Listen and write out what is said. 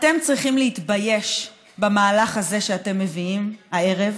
אתם צריכים להתבייש במהלך הזה שאתם מביאים הערב,